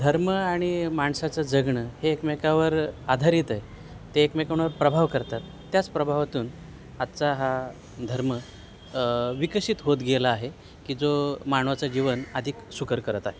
धर्म आणि माणसाचं जगणं हे एकमेकावर आधारित आहे ते एकमेकांवर प्रभाव करतात त्याच प्रभावातून आजचा हा धर्म विकसित होत गेला आहे की जो मानवाचं जीवन अधिक सुखकर करत आहे